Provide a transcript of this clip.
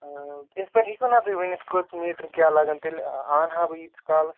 یِتھ پٲٹھۍ ہٮ۪کِو نا تُہۍ ؤنِتھ کٔژ میٖٹر کیٛاہ لگَن تیٚلہِ اَنہ ہا بہٕ ییٖتِس کالَس